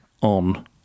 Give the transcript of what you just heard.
on